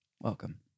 Welcome